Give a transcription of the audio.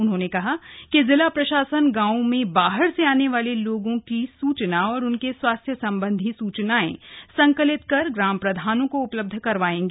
उन्होंने कहा है कि जिला प्रशासन गांवों में बाहर से आने वालों की सूचना और उनके स्वास्थ्य संबंधी सूचनाएं संकलित कर ग्राम प्रधानों को उपलब्ध करवायेगा